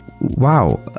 wow